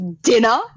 dinner